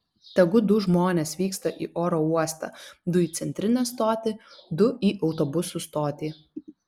tegu du žmonės vyksta į oro uostą du į centrinę stotį du į autobusų stotį